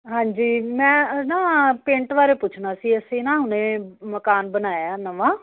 ਹਾਂਜੀ ਮੈਂ ਨਾ ਪੇਂਟ ਬਾਰੇ ਪੁੱਛਣਾ ਸੀ ਅਸੀਂ ਨਾ ਹੁਣੇ ਮਕਾਨ ਬਨਾਇਆ ਨਵਾਂ